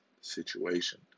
situation